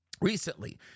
recently